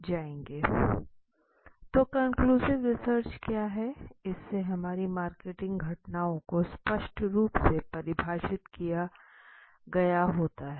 तो conclusive research क्या है इसमे हमारी मार्केटिंग घटनाओं को स्पष्ट रूप से परिभाषित किया गया होता है